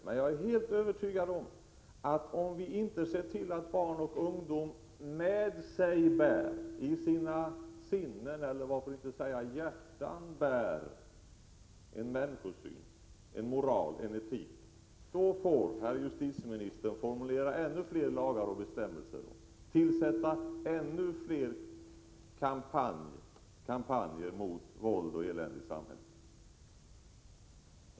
Men jag är helt övertygad om, att herr justitieministern, om vi inte ser till att barn och ungdomar i sina sinnen — eller varför inte säga i sina hjärtan — bär med sig en människosyn, en moral, en etik, får formulera ännu fler lagar och bestämmelser och tillsätta ännu fler kampanjer mot våld och elände i samhället.